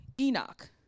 Enoch